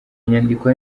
nyandiko